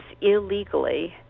illegally